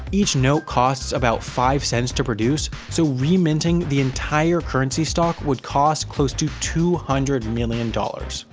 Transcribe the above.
each note costs about five cents to produce, so re-minting the entire currency stock would cost close to two hundred million dollars